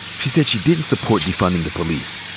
she said she didn't support defunding the police.